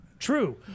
true